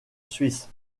suisse